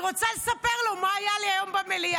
אני רוצה לספר לו מה היה לי היום במליאה.